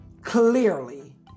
clearly